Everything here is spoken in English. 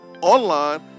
online